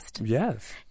Yes